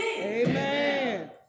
Amen